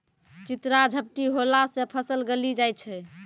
चित्रा झपटी होला से फसल गली जाय छै?